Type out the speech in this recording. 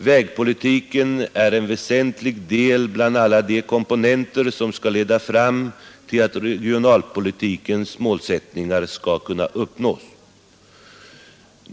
Vägpolitiken är en väsentlig del bland alla de komponenter som skall leda fram till att regionalpolitikens målsättningar skall förverkligas.